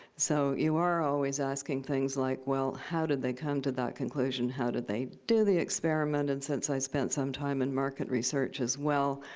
so you are always asking things like, well, how did they come to that conclusion? how did they do the experiment? and since i spent some time in market research as well,